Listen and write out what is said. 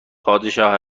پادشاه